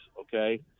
okay